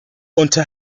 onto